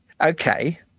Okay